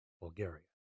Bulgaria